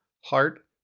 heart